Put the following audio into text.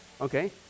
okay